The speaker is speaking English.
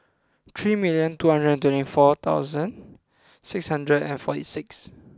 three million two hundred and twenty four thousand six hundred and forty six